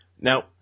now